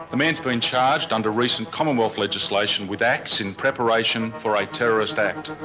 a man's been charged under recent commonwealth legislation with acts in preparation for a terrorist act.